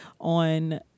on